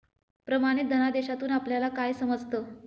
प्रमाणित धनादेशातून आपल्याला काय समजतं?